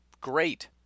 great